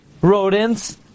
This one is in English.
rodents